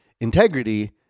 Integrity